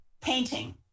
painting